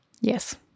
Yes